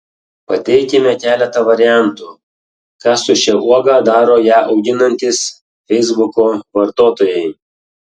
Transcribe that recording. pateikiame keletą variantų ką su šia uoga daro ją auginantys feisbuko vartotojai